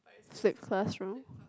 fixed classroom